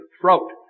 throat